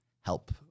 help